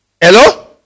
Hello